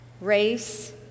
race